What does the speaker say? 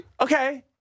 Okay